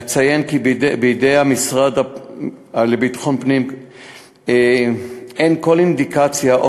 אציין כי בידי המשרד לביטחון פנים אין כל אינדיקציה או